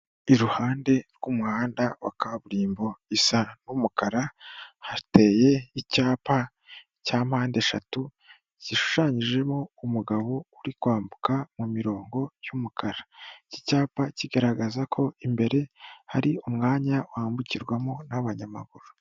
Iruhande rw'umuhanda wa kaburimbo isa n'umukara hateye icyapa cya mpande eshatu zishushanyijemo, umugabo uri kwambuka mu mirongo y'umukara iki cyapa kigaragaza ko imbere hari umwanya wambukirwamo n'abanyamaguru.